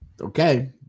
okay